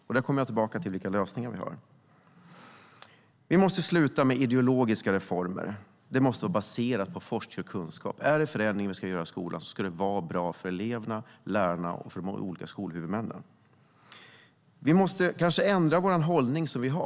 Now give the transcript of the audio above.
Jag återkommer till vilka lösningar vi har. Vi måste sluta med ideologiska reformer. Allt måste vara baserat på forskning och kunskap. Är det förändring vi ska göra i skolan ska det vara bra för eleverna, lärarna och de många olika skolhuvudmännen. Vi måste kanske ändra den hållning som vi har.